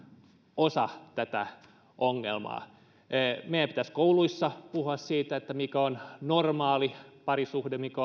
osa tätä ongelmaa meidän pitäisi kouluissa puhua siitä mikä on normaali parisuhde mikä